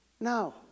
No